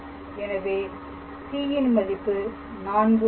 எனவே c யின் மதிப்பு 4 ஆகும்